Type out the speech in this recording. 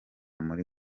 muri